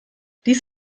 dies